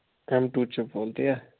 M ٹوٗ چِپ وول تی یہ